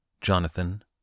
Jonathan